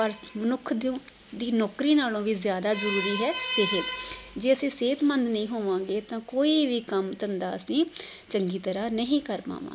ਪਰ ਮਨੁੱਖ ਨੂੰ ਦੀ ਨੌਕਰੀ ਨਾਲੋਂ ਵੀ ਜ਼ਿਆਦਾ ਜ਼ਰੂਰੀ ਹੈ ਸਿਹਤ ਜੇ ਅਸੀਂ ਸਿਹਤਮੰਦ ਨਹੀਂ ਹੋਵਾਂਗੇ ਤਾਂ ਕੋਈ ਵੀ ਕੰਮ ਧੰਦਾ ਅਸੀਂ ਚੰਗੀ ਤਰ੍ਹਾਂ ਨਹੀਂ ਕਰ ਪਾਵਾਂਗੇ